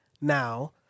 now